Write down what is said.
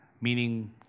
Meaning